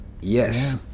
Yes